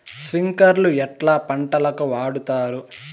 స్ప్రింక్లర్లు ఎట్లా పంటలకు వాడుతారు?